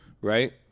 right